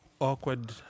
awkward